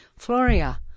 Floria